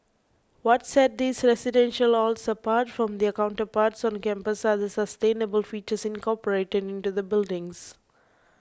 what set these residential halls apart from their counterparts on campus are the sustainable features incorporated into the buildings